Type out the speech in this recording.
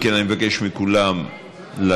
אם כן, אני מבקש מכולם לשבת.